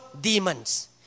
demons